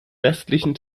westlichen